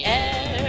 air